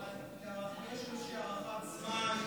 יש איזושהי הערכת זמן,